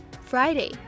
Friday